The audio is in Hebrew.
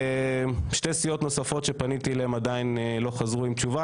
שתי סיעות נוספות שפניתי אליהן עדיין לא חזרו עם תשובה,